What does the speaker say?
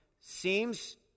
seems